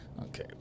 Okay